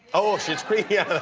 oh, schitt's creek? yeah.